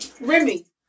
Remy